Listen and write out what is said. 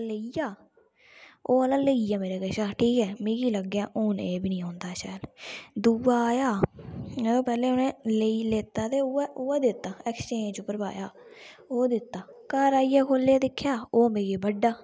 ओह् आह्ला लेई गेआ मेरे शा ते मिगी लगेआ हून एह् बी औंदा दूआ आया पैह्लें उ'नै लेई लैता फ्ही उ'ऐ दित्ता घर आइयै दिक्खेआ ते ओह् मिगी बड़ा